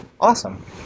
awesome